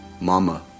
Mama